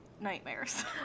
nightmares